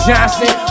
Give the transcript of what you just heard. Johnson